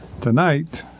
tonight